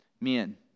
Men